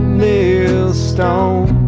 millstone